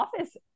office